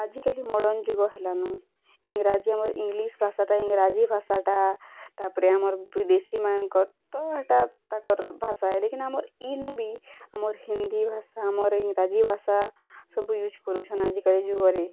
ଆଜିକାଲି ମର୍ଡ଼ନ୍ ଯୁଗ ହେଲାନ ଇଂରାଜୀ ଆମର୍ ଇଙ୍ଗ୍ଲିଶ୍ ଭାଷାଟା ଇଂରାଜୀ ଭାଷାଟା ତାପରେ ଆମର୍ ବିଦେଶୀମାନଙ୍କର୍ ତ ହେଟା ତାଙ୍କର୍ ଭାଷା ହେ ଲେକିନ୍ ଆମର୍ ଇନୁ ବି ଆମର୍ ହିନ୍ଦୀ ଭାଷା ଆମର୍ ଇଂରାଜୀ ଭାଷା ସବୁ ୟୁଜ୍ କରୁଛନ୍ ଆଜିକାଲି ଯୁଗରେ